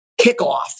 kickoff